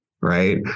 right